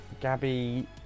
Gabby